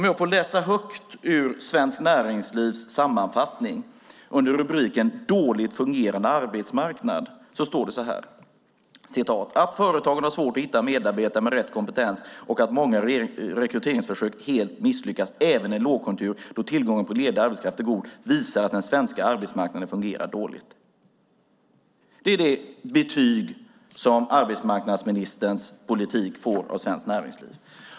Jag ska läsa högt ur Svenskt Näringslivs sammanfattning under rubriken Dåligt fungerande arbetsmarknad: Att företagen har svårt att hitta medarbetare med rätt kompetens och att många rekryteringsförsök helt misslyckas även i lågkonjunktur då tillgången på ledig arbetskraft är god visar att den svenska arbetsmarknaden fungerar dåligt. Det är det betyg som arbetsmarknadsministerns politik får av Svenskt Näringsliv.